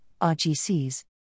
RGCs